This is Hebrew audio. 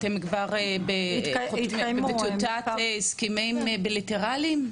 אתם כבר בשלב טיוטת הסכמים בילטרליים?